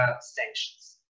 sanctions